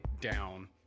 down